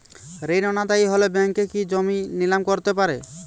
ঋণ অনাদায়ি হলে ব্যাঙ্ক কি জমি নিলাম করতে পারে?